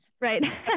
right